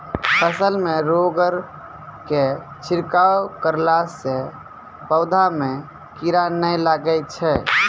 फसल मे रोगऽर के छिड़काव करला से पौधा मे कीड़ा नैय लागै छै?